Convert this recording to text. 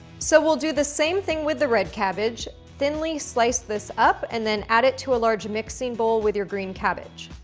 so we'll do the same thing with the red cabbage, thinly slice this up and then add it to a large mixing bowl with your green cabbage.